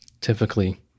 typically